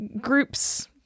groups